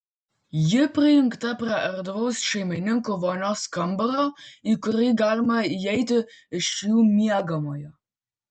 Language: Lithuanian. ji prijungta prie erdvaus šeimininkų vonios kambario į kurį galima įeiti iš jų miegamojo